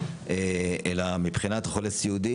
אלא מבחינת חולה סיעודי,